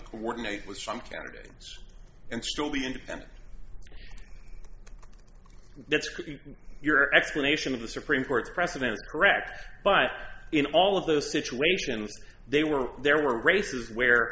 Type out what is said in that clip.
to coordinate with some candidates and still be independent that's your explanation of the supreme court precedent correct but in all of those situations they were there were races where